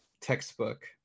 textbook